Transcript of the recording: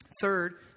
Third